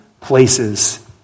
places